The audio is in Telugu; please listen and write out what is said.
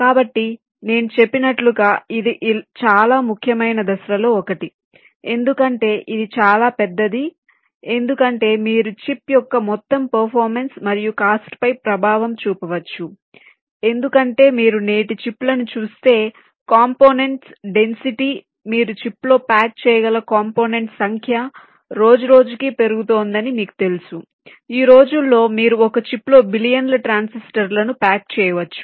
కాబట్టి నేను చెప్పినట్లుగా ఇది చాలా ముఖ్యమైన దశలలో ఒకటి ఎందుకంటే ఇది చాలా పెద్దది ఎందుకంటే మీరు చిప్ యొక్క మొత్తం పెర్ఫార్మన్స్ మరియు కాస్ట్ పై ప్రభావం చూపవచ్చు ఎందుకంటే మీరు నేటి చిప్ లను చూస్తే కాంపొనెంట్స్ డెన్సిటీ మీరు చిప్లో ప్యాక్ చేయగల కాంపొనెంట్స్ సంఖ్య రోజురోజుకు పెరుగుతోందని మీకు తెలుసు ఈ రోజుల్లో మీరు ఒక చిప్లో బిలియన్ల ట్రాన్సిస్టర్లను ప్యాక్ చేయవచ్చు